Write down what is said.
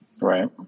Right